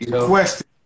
Question